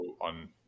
on